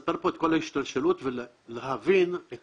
לספר פה את כל ההשתלשלות ולהבין את